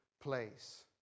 place